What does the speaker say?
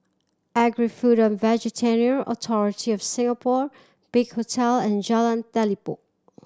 Agri Food and Veterinary Authority of Singapore Big Hotel and Jalan Telipok